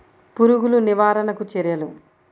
పురుగులు నివారణకు చర్యలు?